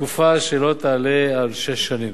לתקופה שלא תעלה על שש שנים,